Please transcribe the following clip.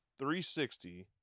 360